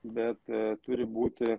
bet turi būti